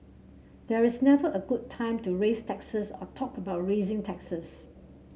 there is never a good time to raise taxes or talk about raising taxes